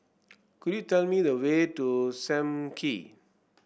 could you tell me the way to Sam Kee